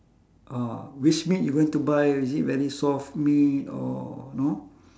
ah which meat you going to buy is it very soft meat or you know